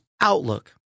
outlook